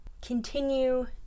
continue